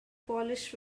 polish